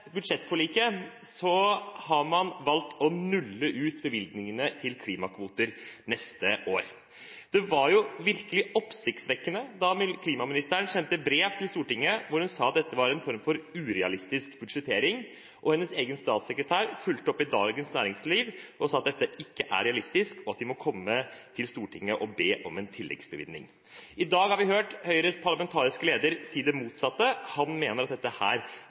har man valgt å nulle ut bevilgningene til klimakvoter neste år. Det var virkelig oppsiktsvekkende da klimaministeren sendte brev til Stortinget hvor hun sa at dette var en form for urealistisk budsjettering, og hennes egen statssekretær fulgte opp og sa i Dagens Næringsliv at dette ikke er realistisk, og at de må komme til Stortinget og be om en tilleggsbevilgning. I dag har vi hørt Høyres parlamentariske leder si det motsatte. Han mener at dette er